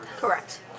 Correct